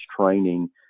training